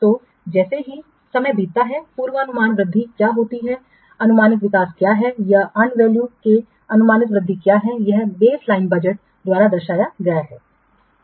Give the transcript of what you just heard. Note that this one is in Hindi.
तो जैसे ही समय बीतता है पूर्वानुमान वृद्धि क्या होती है अनुमानित विकास क्या है या अर्न वैल्यू में अनुमानित वृद्धि क्या है यह बेसलाइन बजट द्वारा दर्शाया गया है